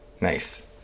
Nice